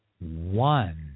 one